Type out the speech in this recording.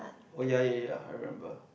oh ya ya I remember